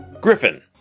Griffin